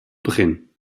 begin